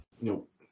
Nope